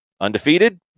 undefeated